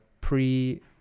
pre